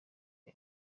aya